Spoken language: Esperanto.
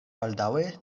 baldaŭe